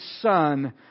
Son